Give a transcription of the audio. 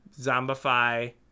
Zombify